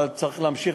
אבל צריך להמשיך.